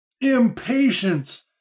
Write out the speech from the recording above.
impatience